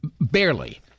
Barely